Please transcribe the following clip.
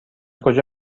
کجا